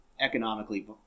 economically